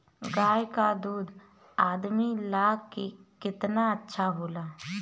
गाय का दूध आदमी ला कितना अच्छा होला?